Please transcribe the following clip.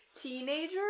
Teenager